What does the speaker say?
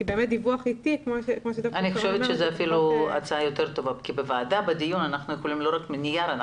אני חושבת שזאת הצעה יותר טובה כי בדיון בוועדה אנחנו יכולים לדון.